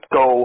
go